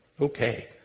Okay